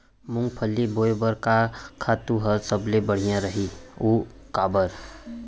मूंगफली बोए बर का खातू ह सबले बढ़िया रही, अऊ काबर?